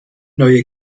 neue